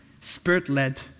spirit-led